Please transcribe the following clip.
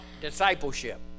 discipleship